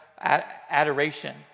adoration